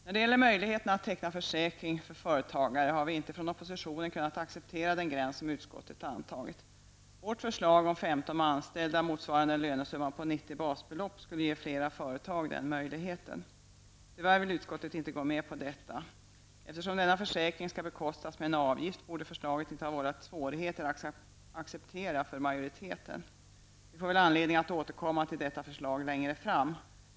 När det gäller möjligheten att teckna försäkring för företagare har vi inte från oppositionen kunnat acceptera den gräns som utskottet antagit. Vårt förslag om 15 anställda, motsvarande en lönesumma på 90 basbelopp, skulle ge flera företag denna möjlighet. Tyvärr vill utskottet inte gå med på detta. Eftersom denna försäkring skall bekostas med en avgift borde det inte ha vållat några svårigheter för majoriteten att acceptera förslaget. Vi får väl anledning att återkomma till detta förslag längre fram.